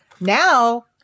Now